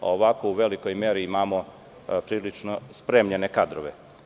Ovako u velikoj meri imamo prilično spremljene kadrove.